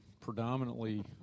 predominantly